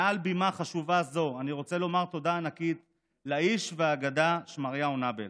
מעל בימה חשובה זו אני רוצה לומר תודה ענקית לאיש והאגדה שמריהו נאבל.